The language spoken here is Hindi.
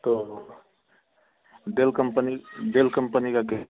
तो डेल कम्पनी डेल कम्पनी का दे